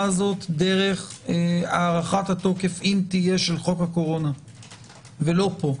הזאת דרך הארכת התוקף אם תהיה של חוק הקורונה ולא פה.